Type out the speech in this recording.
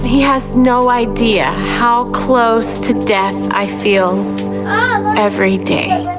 has no idea how close to death i feel every day.